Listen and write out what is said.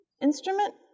instrument